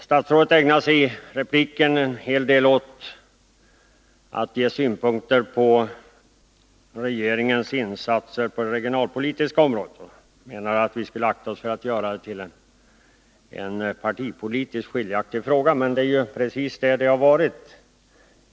Statsrådet ägnade sig i repliken en hel del åt att ge synpunkter på regeringens insatser på det regionalpolitiska området och menade att vi skall akta oss för att göra det till en partipolitisk skiljefråga. Men det är ju precis det den har varit.